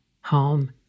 home